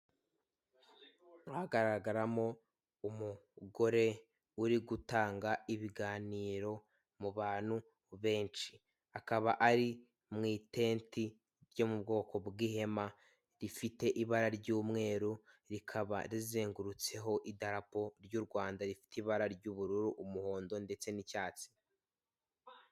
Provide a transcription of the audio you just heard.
Hagaragaramo umugore uri gutanga ibiganiro mu bantu benshi, akaba ari mu itenti ryo mu bwoko bw'ihema rifite ibara ry'umweru, rikaba rizengurutseho idarapo ry'u Rwanda rifite ibara ry'ubururu, umuhondo ndetse n'icyatsi.